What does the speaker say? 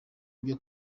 byo